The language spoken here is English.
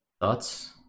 Thoughts